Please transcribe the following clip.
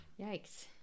Yikes